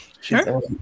sure